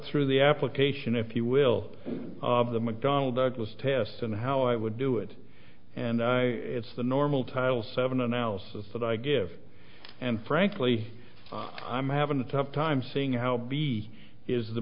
through the application if you will of the mcdonnell douglas test and how i would do it and i it's the normal title seven analysis that i give and frankly i'm having a tough time seeing how b is the